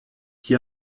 qui